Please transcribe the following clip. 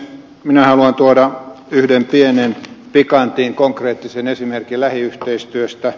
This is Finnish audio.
minä haluan tuoda yhden pienen pikantin ja konkreettisen esimerkin lähiyhteistyöstä